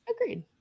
agreed